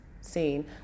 seen